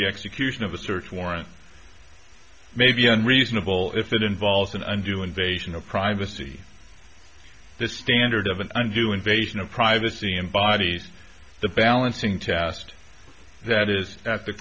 the execution of a search warrant may be unreasonable if it involves an undue invasion of privacy the standard of an undue invasion of privacy embodies the balancing test that is at the